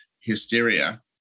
hysteria